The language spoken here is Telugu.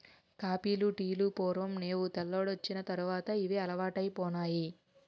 కాపీలు టీలు పూర్వం నేవు తెల్లోడొచ్చిన తర్వాతే ఇవి అలవాటైపోనాయి